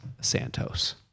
Santos